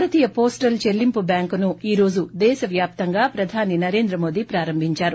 భారతీయ postal చెల్లింపు బ్యాంకును ఈ రోజు దేశ వ్యాప్తంగా ప్రధాని నరేంద్ర మోడీ ప్రారంభించారు